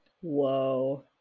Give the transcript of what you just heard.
Whoa